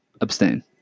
abstain